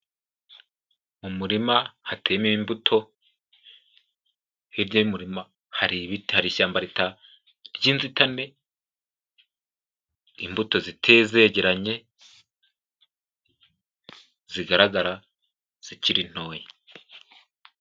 Mu murima hateyemo imbuto, hirya y'umurima hari ibiti, hari ishyamba ry'inzitane, imbuto ziteye zegeranye zigaragara zikiri ntoya.